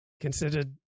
considered